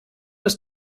ist